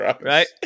Right